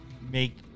make